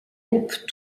groupes